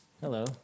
Hello